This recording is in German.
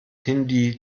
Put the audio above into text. hindi